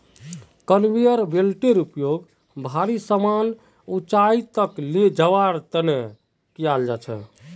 conveyor बेल्टेर उपयोग भारी समान ऊंचाई तक ले जवार तने कियाल जा छे